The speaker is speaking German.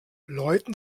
leuten